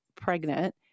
pregnant